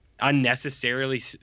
Unnecessarily